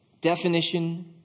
definition